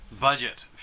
Budget